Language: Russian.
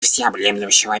всеобъемлющего